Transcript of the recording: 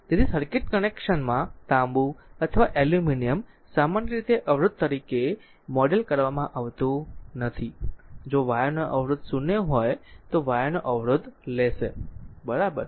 તેથી સર્કિટ કનેક્શનમાં તાંબુ અથવા એલ્યુમિનિયમ સામાન્ય રીતે અવરોધ તરીકે મોડેલ કરવામાં આવતું નથી જો વાયરનો અવરોધ 0 હોય તો વાયરનો અવરોધ લેશે બરાબર